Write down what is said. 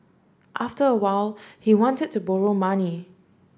after a while he wanted to borrow money